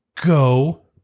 go